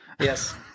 Yes